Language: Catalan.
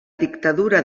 dictadura